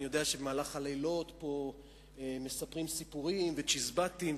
אני יודע שבמהלך הלילות פה מספרים סיפורים וצ'יזבטים,